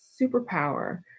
superpower